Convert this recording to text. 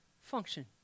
function